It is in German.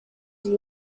sie